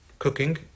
cooking